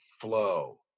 flow